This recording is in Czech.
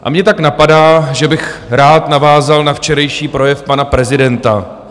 A mě tak napadá, že bych rád navázal na včerejší projev pana prezidenta.